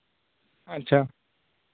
ᱟᱪᱪᱷᱟ